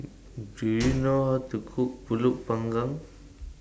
Do YOU know How to Cook Pulut Panggang